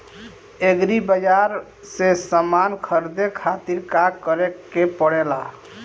Agri बाज़ार से समान ख़रीदे खातिर का करे के पड़ेला?